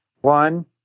one